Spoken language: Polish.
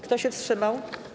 Kto się wstrzymał?